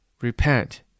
Repent